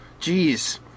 jeez